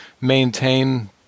maintain